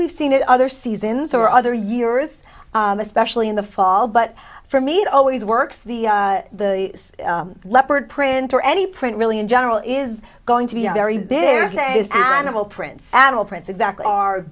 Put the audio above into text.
we've seen it other seasons or other years especially in the fall but for me it always works the the leopard print or any print really in general is going to be a very big animal prints animal prints exactly are